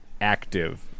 active